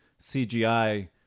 CGI